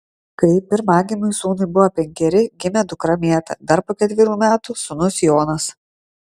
kai pirmagimiui sūnui buvo penkeri gimė dukra mėta dar po ketverių metų sūnus jonas